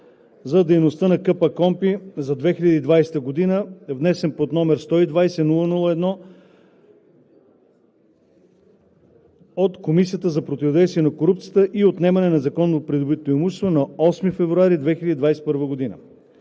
за дейността на КПКОНПИ за 2020 г., внесен под № 120 00 1, от Комисията за противодействие на корупцията и за отнемане на незаконно придобитото имущество на 8 февруари 2021 г.